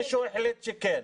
מישהו החליט שכן.